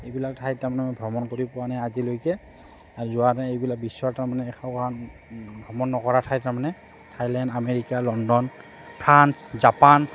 এইবিলাক ঠাইত তাৰমানে মই ভ্ৰমণ কৰি পোৱা নাই আজিলৈকে যোৱা নাই এইবিলাক বিশ্বৰ তাৰমানে ভ্ৰমণ নকৰা ঠাই তাৰমানে Thailand America London France Japan